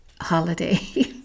holiday